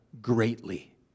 greatly